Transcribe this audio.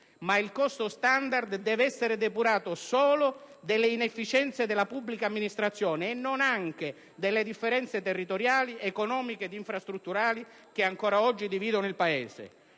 ma il costo standard deve essere depurato solo delle inefficienze della pubblica amministrazione e non anche delle differenze territoriali, economiche ed infrastrutturali che ancora oggi dividono il Paese.